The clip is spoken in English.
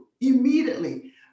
immediately